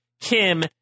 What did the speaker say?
Kim